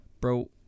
bro